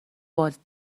والت